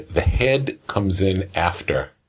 the head comes in after,